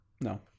No